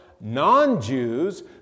non-Jews